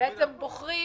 בוחרים